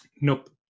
Nope